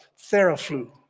Theraflu